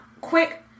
Quick